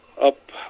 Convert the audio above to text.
up